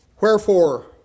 Wherefore